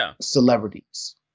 celebrities